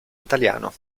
italiano